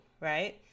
right